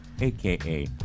aka